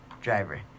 driver